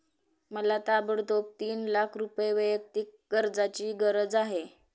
मला ताबडतोब तीन लाख रुपये वैयक्तिक कर्जाची गरज आहे